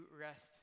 rest